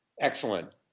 excellent